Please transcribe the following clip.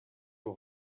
will